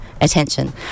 attention